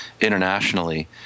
internationally